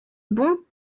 bon